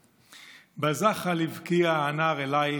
--- בזחל הבקיע הנער אלייך,